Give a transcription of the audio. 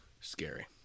Scary